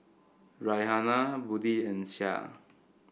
Raihana Budi and Syah